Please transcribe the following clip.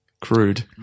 crude